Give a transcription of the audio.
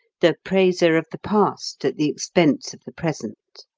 the praiser of the past at the expense of the present.